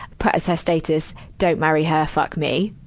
put as her status don't marry her fuck me.